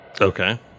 Okay